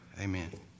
Amen